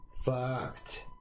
fucked